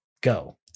go